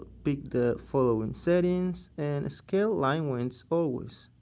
pick the following settings, and scale line weights always.